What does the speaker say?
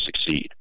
succeed